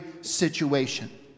situation